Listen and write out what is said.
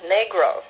Negro